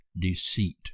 deceit